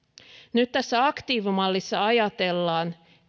nyt tässä aktiivimallissa ajatellaan